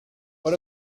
what